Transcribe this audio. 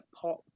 pop